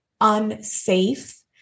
unsafe